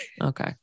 Okay